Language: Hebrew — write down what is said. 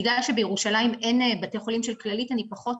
בגלל שבירושלים אין בתי חולים של כללית אז אני פחות